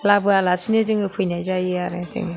लाबोआलासेनो जों फैनाय जायो आरो जों